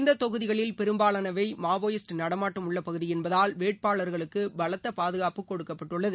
இந்த தொகுதிகளில் பெரும்பாலனவை மாவோயிஸ்ட் நடமாட்டம் உள்ள பகுதி என்பதால் வேட்பாளர்களுக்கு பலத்த பாதுகாப்பு கொடுக்கப்பட்டுள்ளது